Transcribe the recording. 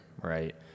right